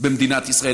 במדינת ישראל,